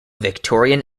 victorian